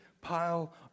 pile